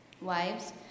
Wives